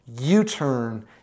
U-turn